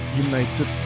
United